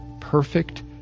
perfect